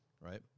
right